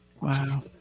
Wow